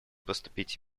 поступить